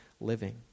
living